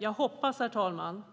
Jag hoppas, herr talman,